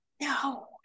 No